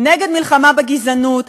נגד מלחמה בגזענות,